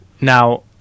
Now